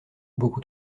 beaucoup